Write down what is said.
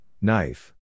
knife